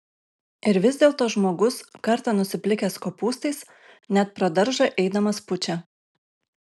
ir vis dėlto žmogus kartą nusiplikęs kopūstais net pro daržą eidamas pučia